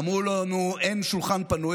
אמרו לנו: אין שולחן פנוי.